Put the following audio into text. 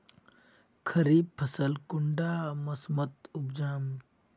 खरीफ फसल कुंडा मोसमोत उपजाम?